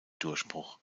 durchbruch